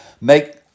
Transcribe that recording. make